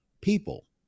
people